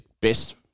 best